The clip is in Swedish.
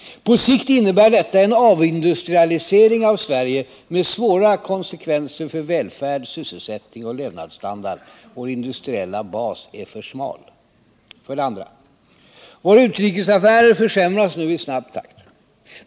På sikt innebär detta en avindustrialisering av Sverige med svåra konsekven ser för välfärd, sysselsättning och levnadsstandard. Vår industriella bas är för smal. För det andra: våra utrikesaffärer försämras nu i snabb takt.